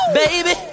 baby